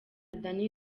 danny